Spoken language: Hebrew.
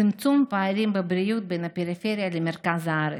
צמצום פערים בבריאות בין הפריפריה למרכז הארץ.